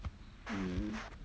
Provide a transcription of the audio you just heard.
mm